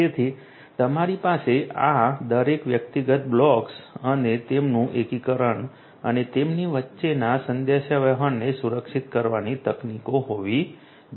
તેથી તમારી પાસે આ દરેક વ્યક્તિગત બ્લોક્સ અને તેમનું એકીકરણ અને તેમની વચ્ચેના સંદેશાવ્યવહારને સુરક્ષિત કરવાની તકનીકો હોવી જરૂરી છે